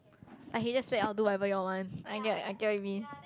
like he just say oh do whatever you all want I get I get what you mean